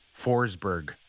Forsberg